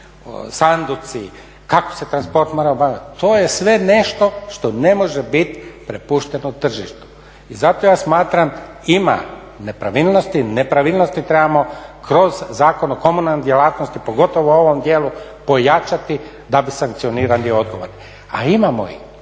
sanduci, kako se transport mora obavljat, to je sve nešto što ne može bit prepušteno tržištu i zato ja smatram ima nepravilnosti. Nepravilnosti trebamo kroz Zakon o komunalnoj djelatnosti, pogotovo u ovom dijelu, pojačati da bi sankcionirali odgovorne, a imamo ih.